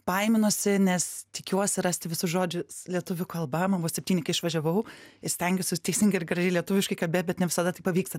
baiminuosi nes tikiuosi rasti visus žodžius lietuvių kalba man buvo septyni kai išvažiavau stengiuosi teisingai ir gražiai lietuviškai kalbėt bet ne visada tai pavyksta